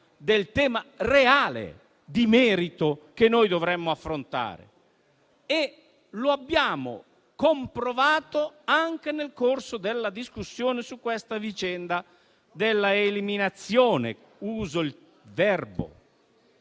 al tema reale di merito che dovremmo affrontare. Lo abbiamo comprovato anche nel corso della discussione sulla vicenda della "eliminazione" - uso il termine